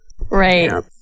Right